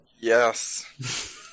Yes